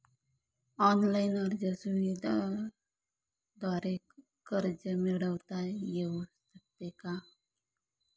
Online अर्ज सुविधांद्वारे कर्ज मिळविता येऊ शकते का?